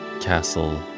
castle